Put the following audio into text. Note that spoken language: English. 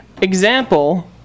example